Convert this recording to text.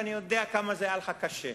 ואני יודע כמה זה היה קשה לך.